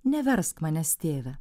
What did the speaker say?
neversk manęs tėve